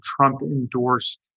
Trump-endorsed